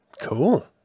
cool